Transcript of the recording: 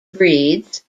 breeds